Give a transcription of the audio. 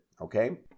Okay